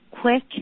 quick